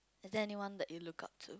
is there anyone that you look up to